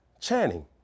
Channing